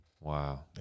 wow